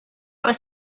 was